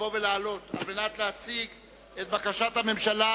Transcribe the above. לבוא ולעלות כדי להציג את בקשת הממשלה